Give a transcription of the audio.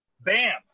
Bam